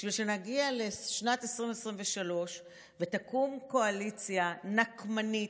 בשביל שנגיע לשנת 2023 ותקום קואליציה נקמנית,